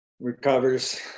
recovers